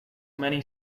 many